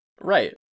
Right